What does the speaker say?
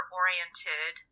oriented